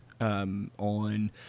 On